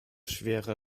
schwere